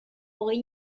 hogei